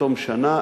בתום שנה,